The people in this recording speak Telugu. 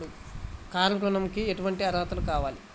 కారు ఋణంకి ఎటువంటి అర్హతలు కావాలి?